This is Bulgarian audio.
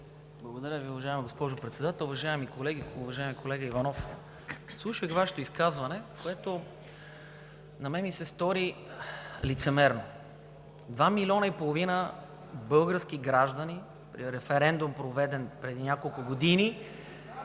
Благодаря, уважаема госпожо Председател! Уважаеми колеги! Уважаеми колега Иванов, слушах Вашето изказване, което на мен ми се стори лицемерно. Два милиона и половина български граждани при референдум, проведен преди няколко години,